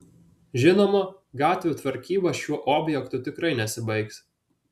žinoma gatvių tvarkyba šiuo objektu tikrai nesibaigs